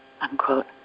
unquote